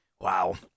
Wow